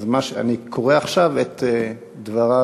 אז אני קורא עכשיו את דבריו